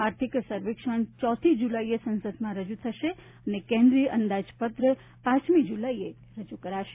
આર્થિક સર્વેક્ષણ ચોથી જુલાઈએ સંસદમાં રજુ થશે અને કેન્દ્રીય અંદાજપત્ર પાંચમી જુલાઈએ રજુ થશે